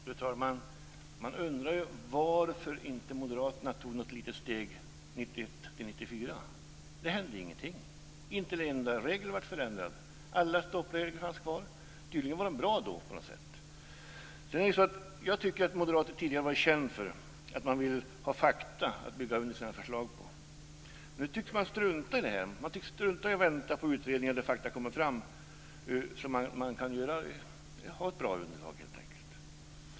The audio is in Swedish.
Fru talman! Man undrar varför moderaterna inte tog något litet steg 1991-1994. Det hände ingenting. Inte en enda regel blev förändrad. Alla stoppregler fanns kvar. Tydligen var de då bra på något sätt. Jag tycker att moderaterna tidigare var kända för att de ville ha fakta att bygga under sina förslag med. Nu tycks de strunta i detta. De tycks strunta i att vänta på utredningar där fakta kommer fram, så att man kan ha ett bra underlag helt enkelt.